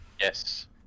Yes